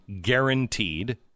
guaranteed